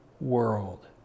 world